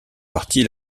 partie